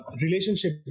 relationship